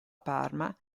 parma